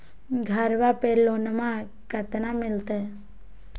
घरबा पे लोनमा कतना मिलते?